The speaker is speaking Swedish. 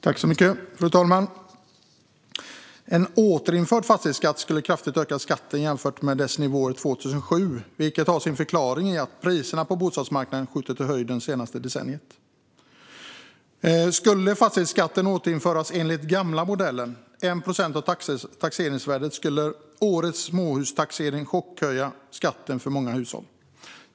Fru talman! En återinförd fastighetsskatt skulle kraftigt öka skatten jämfört med dess nivåer 2007, vilket har sin förklaring i att priserna på bostadsmarknaden skjutit i höjden senaste decenniet. Skulle fastighetsskatten återinföras enligt gamla modellen, 1 procent av taxeringsvärdet, skulle årets småhustaxering chockhöja skatten för många hushåll.